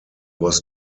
was